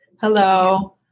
Hello